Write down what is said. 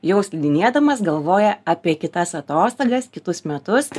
jau slidinėdamas galvoja apie kitas atostogas kitus metus